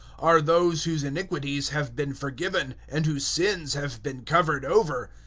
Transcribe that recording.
are those whose iniquities have been forgiven, and whose sins have been covered over.